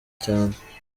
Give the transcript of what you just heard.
cyane